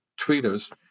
tweeters